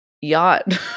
yacht